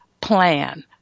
plan